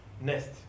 Next